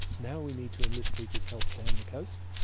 now we need to enlist people's help down the coast.